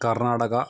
Karnataka